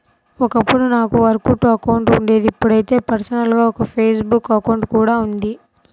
ఒకప్పుడు నాకు Orkut account ఉండేది ఇప్పుడైతే పర్సనల్ గా ఒక ఫేస్ బుక్ అకౌంట్ కూడా ఉంది